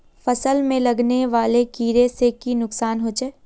फसल में लगने वाले कीड़े से की नुकसान होचे?